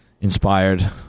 inspired